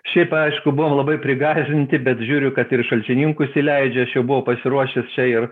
šiaip aišku buvom labai prigąsdinti bet žiūriu kad ir į šalčininkus įleidžia aš jau buvau pasiruošęs čia ir